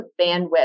bandwidth